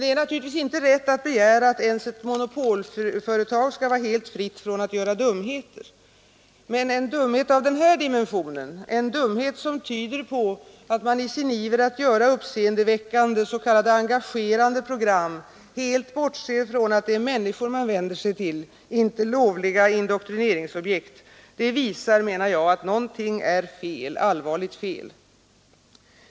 Det är naturligtvis inte rätt att begära att ens ett monopolföretag skall vara helt fritt från att begå dumheter, men en dumhet av den här dimensionen, en dumhet som tyder på att man, i sin iver att göra uppseendeväckande s.k. engagerande program, helt bortser från att det är människor man vänder sig till och inte lovliga indoktrineringsobjekt, visar, menar jag, att någonting är allvarligt fel.